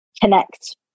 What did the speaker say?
connect